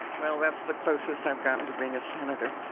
well, that's the closest i've gotten to being a senator.